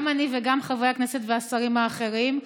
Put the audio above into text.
גם אני וגם חברי הכנסת והשרים האחרים.